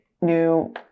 new